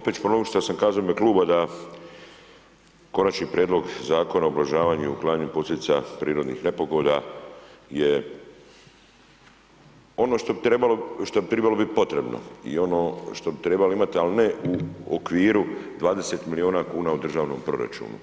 Opet ću ponoviti što sam kazao u ime kluba, da konačni prijedlog Zakona o ublažavanju i uklanjanju posljedica prirodnih nepogoda je ono što bi trebalo biti potrebo i ono što bi trebalo imati, ali ne u okviru 20 milijuna kn u državnom proračunu,